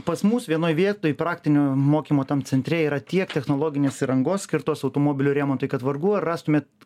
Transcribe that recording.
pas mus vienoj vietoj praktinio mokymo centre yra tiek technologinės įrangos skirtos automobilių remontui kad vargu ar rastumėt